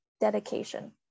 dedication